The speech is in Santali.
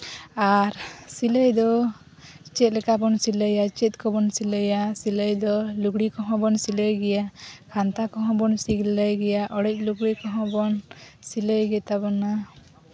ᱟᱨ ᱥᱤᱞᱟᱹᱭ ᱫᱚ ᱪᱮᱫ ᱞᱮᱠᱟᱵᱚᱱ ᱥᱤᱞᱟᱹᱭᱟ ᱪᱮᱫ ᱠᱚᱵᱚᱱ ᱥᱤᱞᱟᱹᱭᱟ ᱞᱩᱜᱽᱲᱤ ᱠᱚᱦᱚᱸ ᱵᱚᱱ ᱥᱤᱞᱟᱹᱭ ᱜᱮᱭᱟ ᱠᱷᱟᱱᱛᱷᱟ ᱠᱚᱦᱚᱸ ᱵᱚᱱ ᱥᱤᱞᱟᱹᱭ ᱜᱮᱭᱟ ᱚᱲᱮᱡ ᱞᱩᱜᱽᱲᱤᱡ ᱠᱚᱦᱚᱸ ᱵᱚᱱ ᱥᱤᱞᱟᱹᱭ ᱜᱮᱛᱟ ᱵᱚᱱᱟ